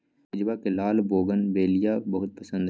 पूजवा के लाल बोगनवेलिया बहुत पसंद हई